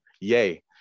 Yay